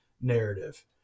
narrative